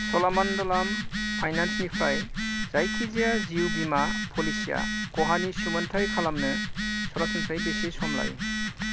चलामन्डलाम फाइनान्सनिफ्राय जायखिजाया जिउ बीमा पलिसिया खहानि सुमोनथाइ खालामनो सरासनस्रायै बेसे सम लायो